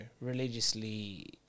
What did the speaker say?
religiously